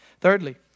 Thirdly